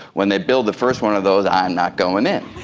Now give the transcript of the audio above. when they build the first one of those i'm not going in.